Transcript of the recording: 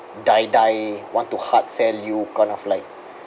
die die want to hard sell you kind of like